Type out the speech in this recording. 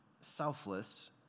selfless